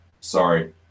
sorry